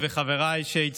לא רג'וב, לא